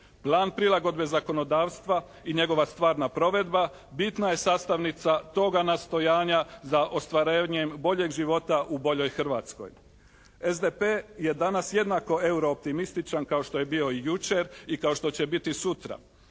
Plan prilagobe zakonodavstva i njegova stvarna provedba bitna je sastavnica toga nastojanja za ostvarenjem boljeg života u boljoj Hrvatskoj. SDP je danas jednako eurooptimističan kao što je bio i jučer i kao što će biti sutra.